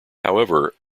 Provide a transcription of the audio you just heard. however